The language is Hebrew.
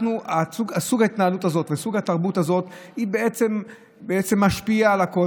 סוג ההתנהלות הזה וסוג התרבות הזה בעצם משפיעים על הכול,